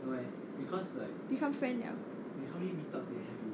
become friend liao